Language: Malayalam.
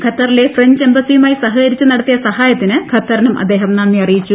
ഖത്തറിലെ ഫ്രഞ്ച് എംബസിയുമായി സഹകരിച്ച് നടത്തിയ സഹായത്തിനു ഖത്തറിനും അദ്ദേഹം നന്ദി അറിയിച്ചു